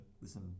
listen